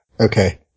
Okay